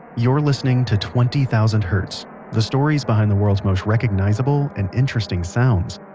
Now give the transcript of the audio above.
you're listening to twenty thousand hertz. the stories behind the world's most recognizable and interesting sounds.